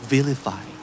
Vilify